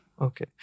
Okay